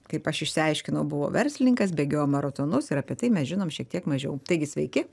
kaip aš išsiaiškinau buvo verslininkas bėgiojo maratonus ir apie tai mes žinom šiek tiek mažiau taigi sveiki